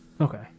Okay